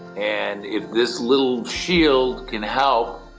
and if this little shield can help